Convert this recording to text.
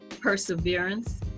perseverance